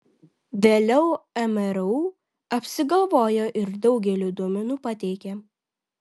vėliau mru apsigalvojo ir daugelį duomenų pateikė